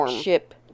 ship